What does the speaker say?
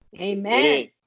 Amen